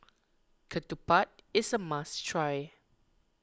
Ketupat is a must try